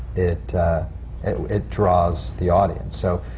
it it draws the audience. so,